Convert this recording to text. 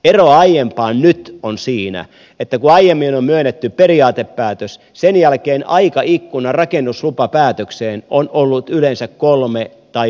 ero aiempaan nyt on siinä että kun aiemmin on myönnetty periaatepäätös sen jälkeen aikaikkuna rakennuslupapäätökseen on ollut yleensä kolme tai viisi vuotta